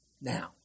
Now